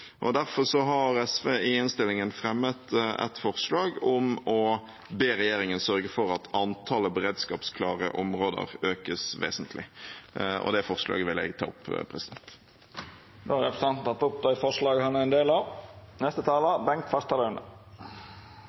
kompetanse. Derfor har SV i innstillingen fremmet et forslag om å be regjeringen «sørge for at antallet beredskapsklare områder økes vesentlig framover». Det forslaget vil jeg ta opp. Representanten Audun Lysbakken har teke opp det forslaget han refererte. Forsvarssjefen valgte en minimumsløsning da han la fram et forslag